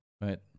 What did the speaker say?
right